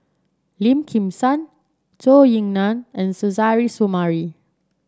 Lim Kim San Zhou Ying Nan and Suzairhe Sumari